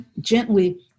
gently